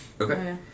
Okay